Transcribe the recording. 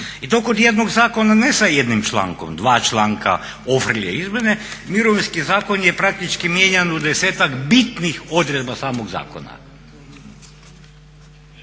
I to kod jednog zakona ne sa jednim člankom, 2 članka ofrlje izmjene. Mirovinski zakon je praktički mijenjan u 10-ak bitnih odredba samog zakona.